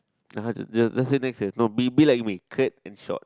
(uh huh) just let's say next leh no be be like me clear and short